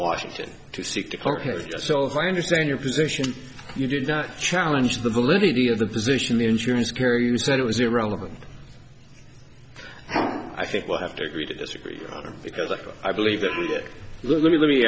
washington to seek to court him so if i understand your position you did not challenge the validity of the position the insurance carrier you said it was irrelevant and i think we'll have to agree to disagree because i believe it let me let me